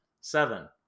Seven